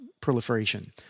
proliferation